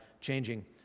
changing